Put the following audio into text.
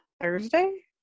Thursday